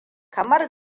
kamar